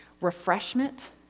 refreshment